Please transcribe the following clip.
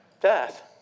Death